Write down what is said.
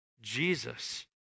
Jesus